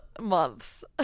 Months